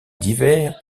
divers